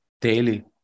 daily